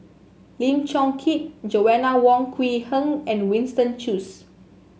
Lim Chong Keat Joanna Wong Quee Heng and Winston Choos